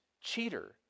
cheater